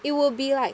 it will be like